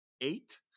eight